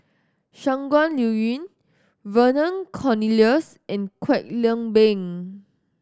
Shangguan Liuyun Vernon Cornelius and Kwek Leng Beng